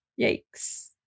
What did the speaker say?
Yikes